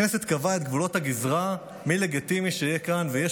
הכנסת קבעה את גבולות הגזרה מי לגיטימי שיהיה כאן ויהיה